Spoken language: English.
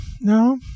No